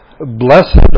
blessed